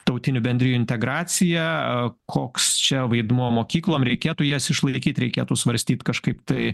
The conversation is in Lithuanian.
tautinių bendrijų integraciją koks čia vaidmuo mokyklom reikėtų jas išlaikyt reikėtų svarstyt kažkaip tai